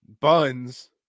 Buns